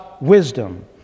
wisdom